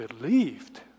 believed